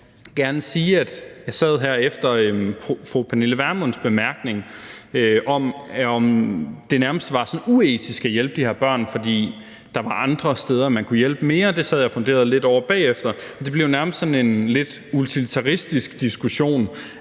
jeg efter fru Pernille Vermunds bemærkning om, at det nærmest var sådan uetisk at hjælpe de her børn, fordi der var andre steder, man kunne hjælpe mere, sad og funderede lidt over det bagefter. Det bliver jo nærmest sådan en utilitaristisk diskussion.